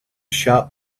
shop